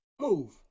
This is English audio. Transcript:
Move